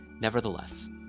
Nevertheless